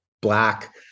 black